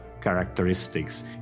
characteristics